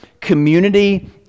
community